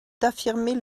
d’affirmer